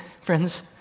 friends